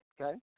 okay